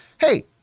Hey